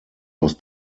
aus